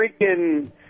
freaking